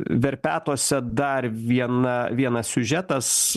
verpetuose dar viena vienas siužetas